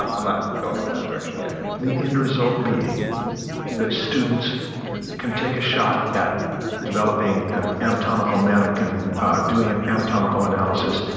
um i'm not going in that direction yet. marshall the end result being that students can take a shot at developing an anatomical mannequin doing an anatomical analysis.